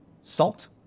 salt